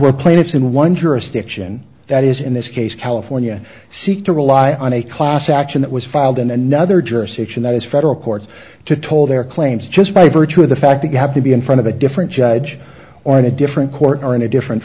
where plaintiffs in one jurisdiction that is in this case california seek to rely on a class action that was filed in another jurisdiction that is federal courts to toll their claims just by virtue of the fact that you have to be in front of a different judge or in a different court or in a different